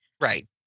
Right